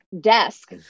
desk